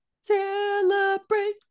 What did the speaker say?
Celebrate